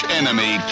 enemy